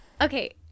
Okay